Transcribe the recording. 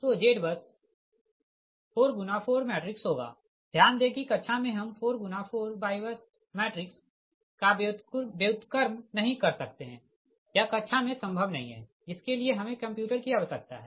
तो ZBUS 4 4 matrix होगा ध्यान दे कि कक्षा मे हम 4 4 YBUS मैट्रिक्स का व्युत्क्रम नही कर सकते है यह कक्षा मे संभव नहीं है इसके लिए हमें कंप्यूटर की आवश्यकता है